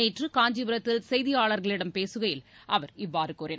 நேற்று காஞ்சிபுரத்தில் செய்தியாளர்களிடம் பேசுகையில் அவர் இவ்வாறு கூறினார்